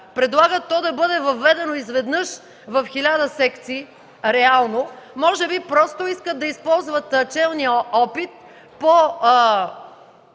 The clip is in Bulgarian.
предлагат то да бъде въведено изведнъж в хиляда секции реално, може би просто искат да използват челния опит по